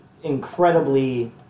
incredibly